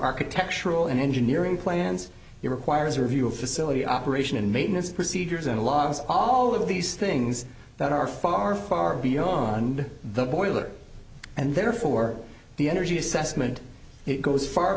architectural and engineering plans it requires a review of facility operation and maintenance procedures and a lot of all of these things that are far far beyond the boiler and therefore the energy assessment it goes far